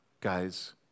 guys